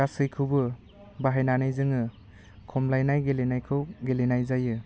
गासैखौबो बाहायनानै जोङो खमलायनाय गेलेनायखौ गेलेनाय जायो